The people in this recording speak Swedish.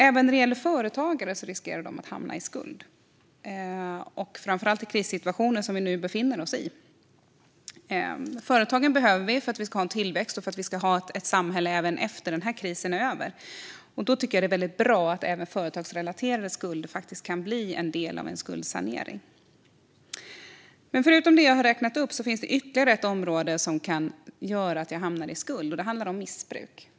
Även företagare riskerar att hamna i skuld, framför allt i krissituationer som den vi nu befinner oss i. Vi behöver företagen för att vi ska ha en tillväxt och för att vi ska ha ett samhälle även efter det att den här krisen är över. Därför tycker jag att det är bra att även företagsrelaterade skulder kan bli en del av en skuldsanering. Förutom det jag har räknat upp finns det ytterligare ett område som kan göra att man hamnar i skuld. Det handlar om missbruk.